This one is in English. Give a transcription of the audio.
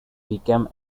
became